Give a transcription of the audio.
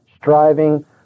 striving